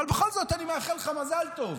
אבל בכל זאת אני מאחל לך מזל טוב.